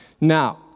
Now